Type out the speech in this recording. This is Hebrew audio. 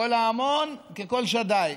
קול המון כקול שדי.